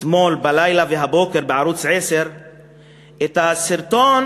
אתמול בלילה והבוקר בערוץ 10 את הסרטון